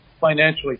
financially